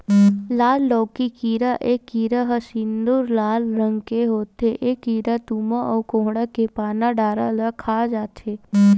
लाल लौकी कीरा ए कीरा ह सिंदूरी लाल रंग के होथे ए कीरा तुमा अउ कोड़हा के पाना डारा ल खा जथे